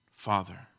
Father